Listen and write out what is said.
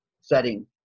setting